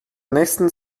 nächsten